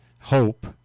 hope